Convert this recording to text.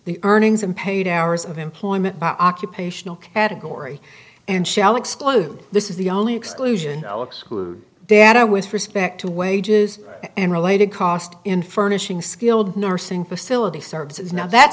the earnings and paid hours of employment occupational category and shall exclude this is the only exclusion all exclude data was respect to wages and related costs in furnishing skilled nursing facility services now that